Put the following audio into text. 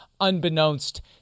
unbeknownst